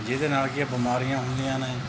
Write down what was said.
ਜਿਹਦੇ ਨਾਲ ਕੀ ਹੈ ਬਿਮਾਰੀਆਂ ਹੁੰਦੀਆਂ ਨੇ